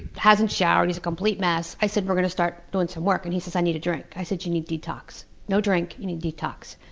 hasn't showered, he's a complete mess. i said, we're going to start doing some work and he says, i need a drink. i said, you need detox. no drink you need detox.